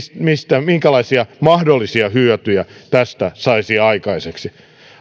minkälaisia mahdollisia hyötyjä tästä saisi aikaiseksi